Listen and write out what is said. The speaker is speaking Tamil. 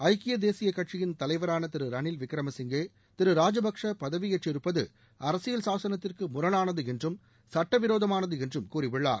ஐக்கிய தேசிய கட்சியின் தலைவரான திரு ரரளில் விக்ரம சிங்கே திரு ராஜபக்ஷே பதவியேற்றிருப்பது அரசியல் சாசன சிக்கலுக்கு முரணானது என்றும் சட்டவிரோதமானது என்றும் கூறியுள்ளார்